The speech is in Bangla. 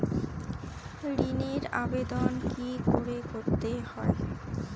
ঋণের আবেদন কি করে করতে হয়?